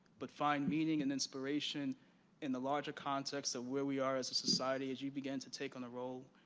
but find meaning and inspiration in the larger concepts of where we are as a society, as you begin to take on the role